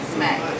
Smack